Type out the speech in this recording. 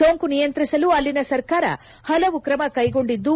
ಸೋಂಕು ನಿಯಂತ್ರಿಸಲು ಅಲ್ಲಿನ ಸರ್ಕಾರ ಹಲವು ಕ್ರಮ ಕೈಗೊಂಡಿದ್ದು